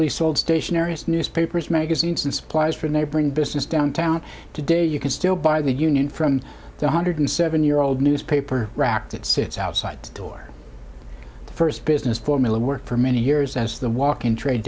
sold stationery his newspapers magazines and supplies for a neighboring business downtown today you can still buy the union from the hundred seven year old newspaper rack that sits outside store the first business formula worked for many years as the walk in trade